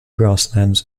grasslands